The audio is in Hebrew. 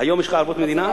היום יש לך ערבות מדינה?